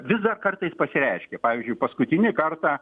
vis dar kartais pasireiškia pavyzdžiui paskutinį kartą